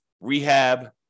rehab